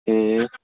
ए